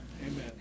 Amen